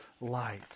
light